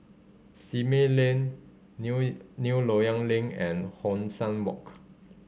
Simei Lane New New Loyang Link and Hong San Walk